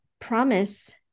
promise